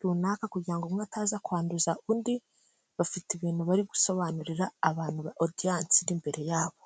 runaka kugira umwe ataza kwanduza undi, bafite ibintu bari gusobanurira abantu ba odiyansi iri imbere yabo.